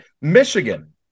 Michigan